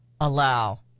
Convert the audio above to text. allow